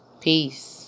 peace